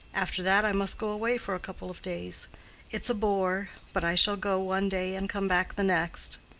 after that i must go away for a couple of days it's a bore but i shall go one day and come back the next.